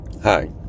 Hi